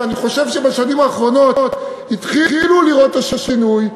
אני חושב שבשנים האחרונות התחילו לראות את השינוי,